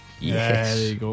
Yes